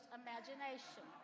imagination